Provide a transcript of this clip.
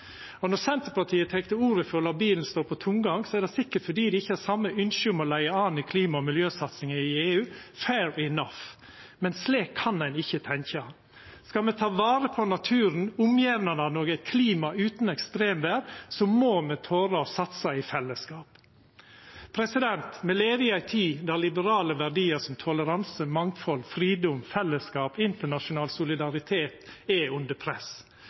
Når Senterpartiet tek til orde for å la bilen stå på tomgang, er det sikkert fordi dei ikkje har same ynske om å vera leiande i klima- og miljøsatsinga i EU – fair enough. Men slik kan ein ikkje tenkja. Skal me ta vare på naturen, omgjevnadene og eit klima utan ekstremvêr, må me tora å satsa i fellesskap. Me lever i ei tid då liberale verdiar som toleranse, mangfald, fridom, fellesskap og internasjonal solidaritet er under press.